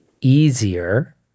easier